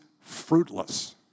fruitless